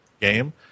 game